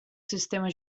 sistema